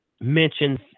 mentions